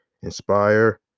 inspire